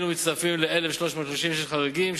אלו מצטרפים ל-1,336 חריגים,